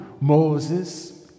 Moses